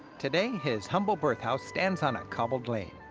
today, his humble birth house stands on a cobbled lane.